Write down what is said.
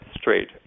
straight